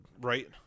Right